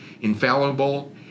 infallible